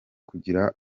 kugira